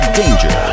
danger